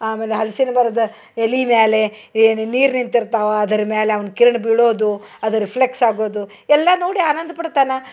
ಆಮೇಲೆ ಹಲ್ಸಿನ ಮರದ ಎಲಿ ಮ್ಯಾಲೆ ಏನು ನೀರು ನಿಂತಿರ್ತಾವ ಅದ್ರ ಮ್ಯಾಲೆ ಅವ್ನ ಕಿರಣ ಬೀಳೋದು ಅದು ರಿಫ್ಲೆಕ್ಸ್ ಆಗೋದು ಎಲ್ಲ ನೋಡಿ ಆನಂದ ಪಡ್ತನ